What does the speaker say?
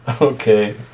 Okay